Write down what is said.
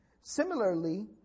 similarly